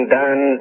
done